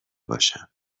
باشم